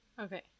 Okay